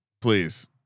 please